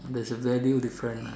there is a value different mah